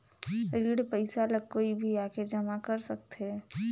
ऋण पईसा ला कोई भी आके जमा कर सकथे?